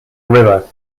river